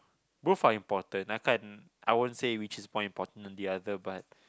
both are important I can't I won't say which is more important than the other but